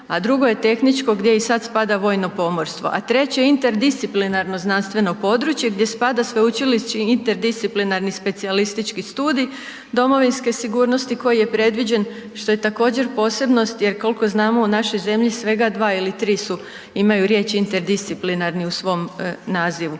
a drugo je tehničko, gdje i sad spada vojno pomorstvo, a treće je interdisciplinarno znanstveno područje gdje spada sveučilišni interdisciplinarni specijalistički studij domovinske sigurnosti koji je predviđen, što je također, posebnost jer koliko znamo, u našoj zemlji svega 2 ili 3 su, imaju riječ „interdisciplinarni“ u svom nazivu.